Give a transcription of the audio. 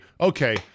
okay